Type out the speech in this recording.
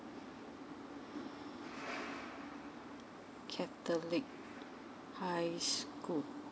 catholic high school